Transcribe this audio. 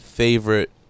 favorite